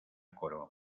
coro